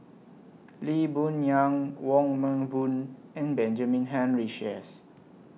Lee Boon Yang Wong Meng Voon and Benjamin Henry Sheares